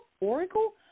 oracle